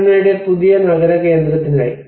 കിരുണയുടെ പുതിയ നഗര കേന്ദ്രത്തിനായി